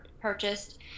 purchased